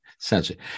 essentially